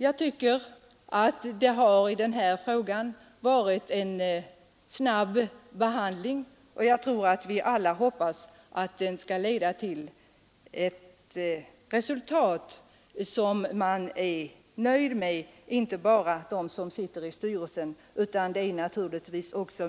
Jag tycker att denna fråga har fått en snabb behandling, och jag hoppas att den får en lösning som inte bara de som sitter i styrelsen utan naturligtvis också